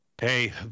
hey